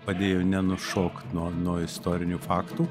padėjo nenušokt nuo istorinių faktų